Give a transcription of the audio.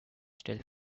still